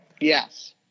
yes